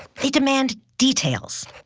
they demand details,